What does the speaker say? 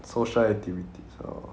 social activities orh